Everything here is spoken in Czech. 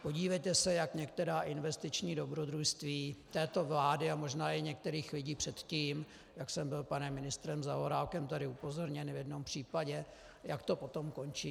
Podívejte se, jak některá investiční dobrodružství této vlády a možná i některých lidí předtím, jak jsem byl panem ministrem Zaorálkem tady upozorněn v jednom případě, jak to potom končí.